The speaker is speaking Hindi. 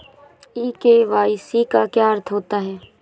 ई के.वाई.सी का क्या अर्थ होता है?